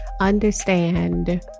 understand